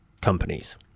companies